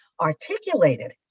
articulated